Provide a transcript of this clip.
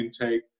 intake